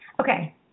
Okay